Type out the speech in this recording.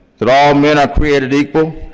that all men are created equal,